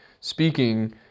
speaking